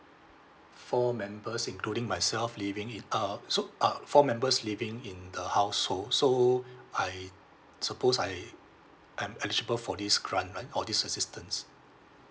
four members including myself living in uh so uh four members living in the household so I suppose I I'm eligible for this grant right or this assistance